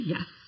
Yes